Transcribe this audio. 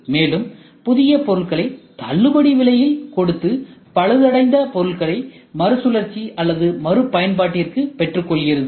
மேலும் புதிய பொருட்களை தள்ளுபடி விலையில் கொடுத்து பழுதடைந்த பொருட்களை மறுசுழற்சி அல்லது மறு பயன்பாட்டிற்கு பெற்றுக்கொள்கிறது